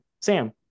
Sam